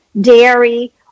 dairy